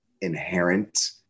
inherent